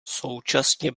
současně